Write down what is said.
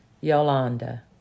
Yolanda